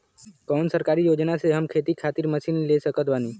कौन सरकारी योजना से हम खेती खातिर मशीन ले सकत बानी?